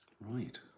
Right